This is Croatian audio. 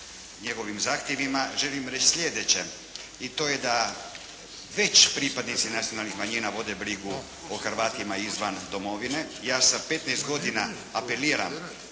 njegovim zahtjevima, želim reći sljedeće. I to je da već pripadnici nacionalnih manjina vode brigu o Hrvatima izvan domovine. Ja 15 godina apeliram